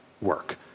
work